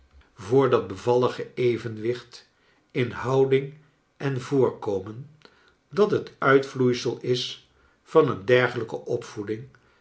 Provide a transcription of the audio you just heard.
voor dat bevallige evenwicht in houding en voorkomen dat hot uitvloeisel is van een degelijke opvoeding